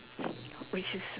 which is